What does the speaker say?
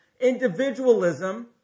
individualism